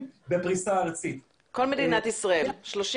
בעצם מיישמים את המשימה הזו,